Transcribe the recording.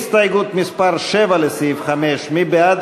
הסתייגות מס' 7 לסעיף 5, מי בעד